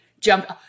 jump